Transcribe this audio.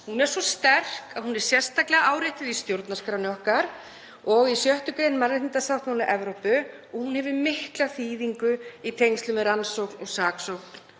Hún er svo sterk að hún er sérstaklega áréttuð í stjórnarskránni okkar og í 6. gr. mannréttindasáttmála Evrópu og hún hefur mikla þýðingu í tengslum við rannsókn og saksókn